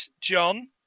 John